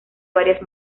varias